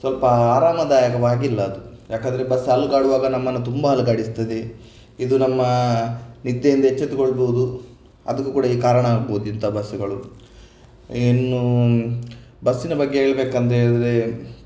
ಸ್ವಲ್ಪ ಆರಾಮದಾಯಕವಾಗಿಲ್ಲ ಅದು ಯಾಕೆಂದರೆ ಬಸ್ ಅಲುಗಾಡುವಾಗ ನಮ್ಮನ್ನು ತುಂಬಾ ಅಲುಗಾಡಿಸ್ತದೆ ಇದು ನಮ್ಮ ನಿದ್ದೆಯಿಂದ ಎಚ್ಚೆತ್ತುಕೊಳ್ಳಬಹುದು ಅದಕ್ಕೂ ಕೂಡ ಈ ಕಾರಣ ಆಗಬಹುದು ಇಂತಹ ಬಸಗಳು ಇನ್ನು ಬಸ್ಸಿನ ಬಗ್ಗೆ ಹೇಳಬೇಕಂತ ಹೇಳಿದರೆ